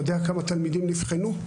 אתה יודע כמה תלמידים נבחנו?